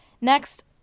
Next